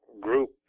group